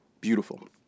beautiful